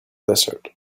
desert